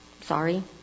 Sorry